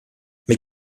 mit